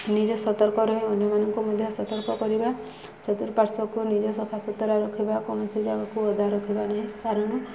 ନିଜେ ସତର୍କ ରହେ ଅନ୍ୟମାନଙ୍କୁ ମଧ୍ୟ ସତର୍କ କରିବା ଚତୁର୍ପାର୍ଶ୍ୱକୁ ନିଜେ ସଫାସୁୁତୁରା ରଖିବା କୌଣସି ଜାଗାକୁ ଓଦା ରଖିବା ନାହିଁ କାରଣ